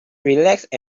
relaxed